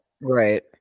right